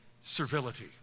servility